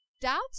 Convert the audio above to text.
doubts